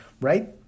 right